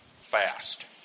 fast